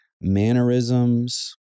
mannerisms